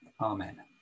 Amen